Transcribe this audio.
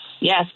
Yes